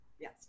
yes